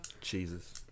Jesus